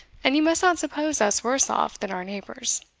and you must not suppose us worse off than our neighbours.